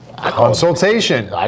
Consultation